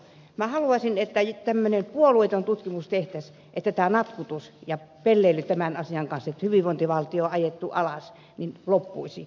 minä haluaisin että tämmöinen puolueeton tutkimus tehtäisiin että tämä natkutus ja pelleily tämän asian kanssa että hyvinvointivaltio on ajettu alas loppuisi